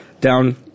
down –